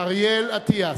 אריה אלדד,